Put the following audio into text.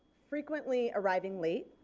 frequently arriving late.